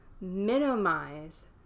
minimize